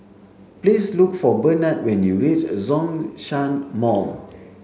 please look for Bernard when you reach Zhongshan Mall